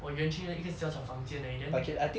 我 yuan ching 的一个小小房间而已 then